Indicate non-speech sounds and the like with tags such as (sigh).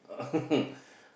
(laughs)